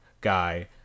guy